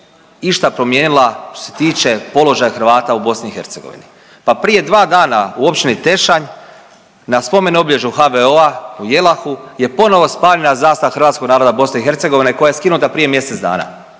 išta promijenila što se tiče položaja Hrvata u Bosni i Hercegovini. Pa prije dva dana u općini Tešanj na spomen obilježju HVO-a u Jelahu je ponovno spaljena zastava hrvatskog naroda Bosne i Hercegovine koja je skinuta prije mjesec dana.